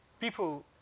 People